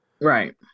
Right